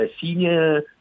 senior